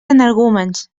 energúmens